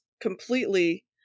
completely